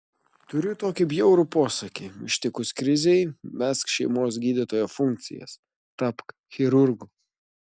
turiu tokį bjaurų posakį ištikus krizei mesk šeimos gydytojo funkcijas tapk chirurgu